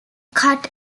cut